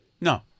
No